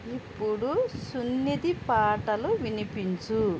ఇప్పుడు సున్నిధి పాటలు వినిపించు